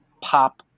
pop